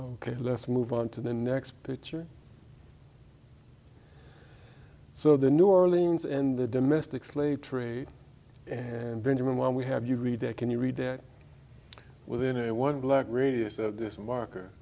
ok let's move on to the next picture so the new orleans and the domestic slave trade and benjamin when we have you read that can you read that within a one block radius of this marker